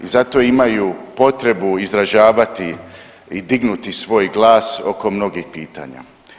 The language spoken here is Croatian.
I zato imaju potrebu izražavati i dignuti svoj glas oko mnogih pitanja.